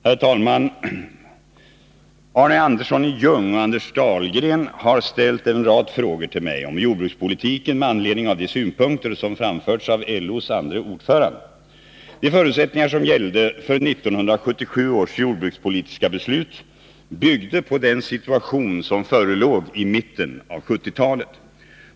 Herr talman! Arne Andersson i Ljung och Anders Dahlgren har ställt en rad frågor till mig om jordbrukspolitiken med anledning av de synpunkter som framförts av LO:s andre ordförande. De förutsättningar som gällde för 1977 års jordbrukspolitiska beslut byggde på den situation som förelåg i mitten av 1970-talet.